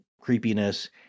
creepiness